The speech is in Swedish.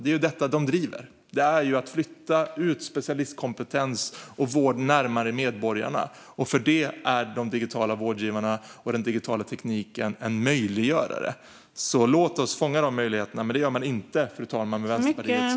Det är detta de driver - att flytta specialistkompetens och vård närmare medborgarna. För detta är de digitala vårdgivarna och den digitala tekniken möjliggörare, så låt oss fånga de möjligheterna! Men det gör man inte, fru talman, med Vänsterpartiets politik.